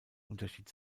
unterschied